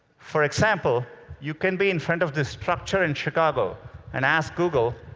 for example, you can be in front of this structure in chicago and ask google,